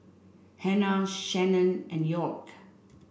Hannah Shannen and York